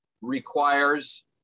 requires